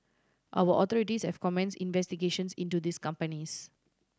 our authorities have commenced investigations into these companies